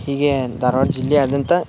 ಹೀಗೆ ಧಾರ್ವಾಡ ಜಿಲ್ಲೆಯಾದ್ಯಂತ